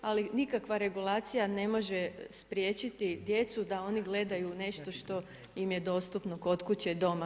Ali nikakva regulacija ne može spriječiti djecu da oni gledaju nešto što im je dostupno kod kuće doma.